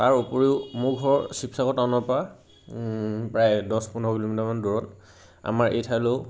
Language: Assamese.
তাৰ উপৰিও মোৰ ঘৰ শিৱসাগৰ টাউনৰ পৰা প্ৰায় দহ পোন্ধৰ কিলোমিটাৰমান দূৰত আমাৰ এই ঠাইলৈও